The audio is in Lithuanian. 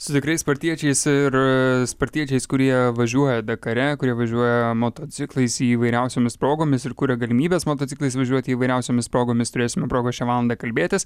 su tikrais spartiečiais ir spartiečiais kurie važiuoja dakare kurie važiuoja motociklais įvairiausiomis progomis ir kuria galimybes motociklais važiuoti įvairiausiomis progomis turėsime progą šią valandą kalbėtis